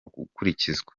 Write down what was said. gukurikizwa